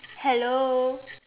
hello